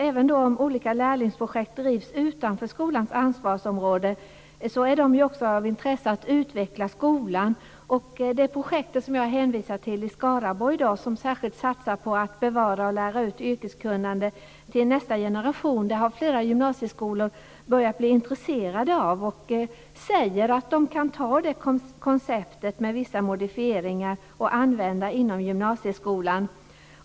Även om olika lärlingsprojekt drivs utanför skolans ansvarsområde är de av intresse för en utveckling inom skolan. Jag hänvisade förut till ett projekt i Skaraborg, där man satsar särskilt på att bevara och lära ut yrkeskunnande till nästa generation. Flera gymnasieskolor har börjat bli intresserade av det och säger att de kan använda det konceptet inom gymnasieskolan, med vissa modifieringar.